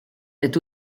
est